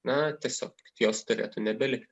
na tiesiog jos turėtų nebelikti